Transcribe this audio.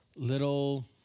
little